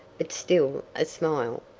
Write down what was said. but still a smile.